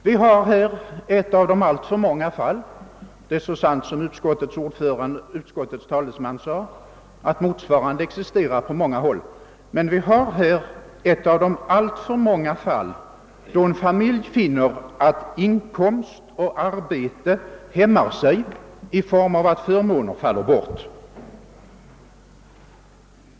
Detta är ett av de alltför många fall — det är så sant som utskottets talesman sade att motsvarande existerar på många områden — då en familj finner att arbete och inkomst hämnar sig därför att förmåner faller bort.